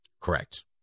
correct